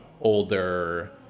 older